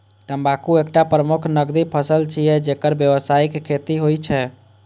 तंबाकू एकटा प्रमुख नकदी फसल छियै, जेकर व्यावसायिक खेती होइ छै